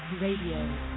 Radio